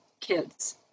kids